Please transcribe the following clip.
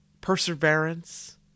perseverance